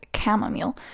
chamomile